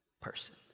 person